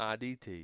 IDT